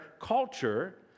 culture